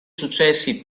successi